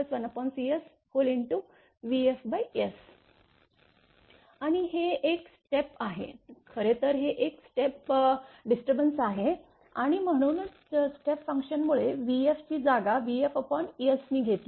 vfS आणि हे एक स्टेप आहे खरे तर हे एक स्टेप डिस्टर्बंस आहे आणि म्हणूनच स्टेप फंक्शनमुळे vf ची जागा vfS नी घेतली